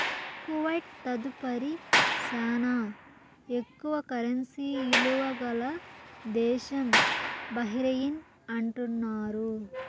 Kuwait తదుపరి శానా ఎక్కువ కరెన్సీ ఇలువ గల దేశం బహ్రెయిన్ అంటున్నారు